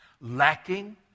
lacking